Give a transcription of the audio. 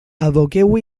aboqueu